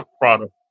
product